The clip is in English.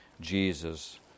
Jesus